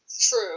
True